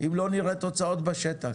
אם לא נראה תוצאות בשטח,